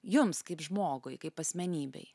jums kaip žmogui kaip asmenybei